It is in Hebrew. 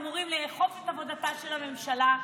אמורים לאכוף את עבודתה של הממשלה,